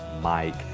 Mike